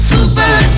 Super